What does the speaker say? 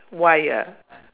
why ah